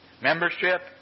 membership